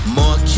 more